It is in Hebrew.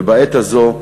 ובעת הזו,